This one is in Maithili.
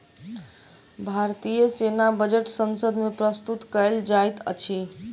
भारतीय सेना बजट संसद मे प्रस्तुत कयल जाइत अछि